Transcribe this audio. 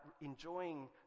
enjoying